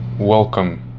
Welcome